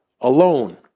alone